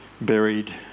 buried